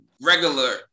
regular